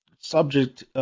subject